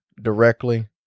directly